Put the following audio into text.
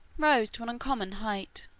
rose to an uncommon height.